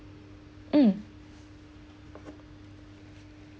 mm